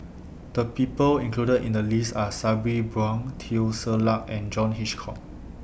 The People included in The list Are Sabri Buang Teo Ser Luck and John Hitchcock